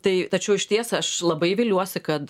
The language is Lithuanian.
tai tačiau išties aš labai viliuosi kad